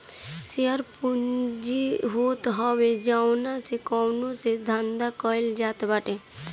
share पूंजी उ होत हवे जवना से कवनो धंधा कईल जात बाटे